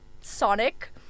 Sonic